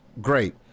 Great